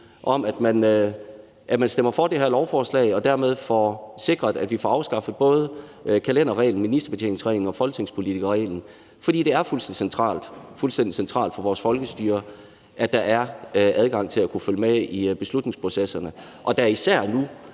at man stemmer for det her lovforslag og dermed får sikret, at vi får afskaffet både kalenderreglen, ministerbetjeningsreglen og folketingspolitikerreglen. For det er fuldstændig centralt for vores folkestyre, at der er adgang til at kunne følge med i beslutningsprocesserne, og da især nu,